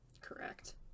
correct